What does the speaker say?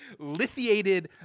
Lithiated